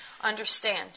understand